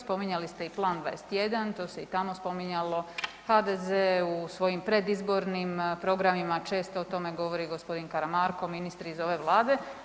Spominjali ste i Plan 21, to se i tamo spominjalo, HDZ u svojim predizbornim programima, često o tome govori i g. Karamarko i ministri iz ove vlade.